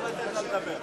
לתת לה לדבר.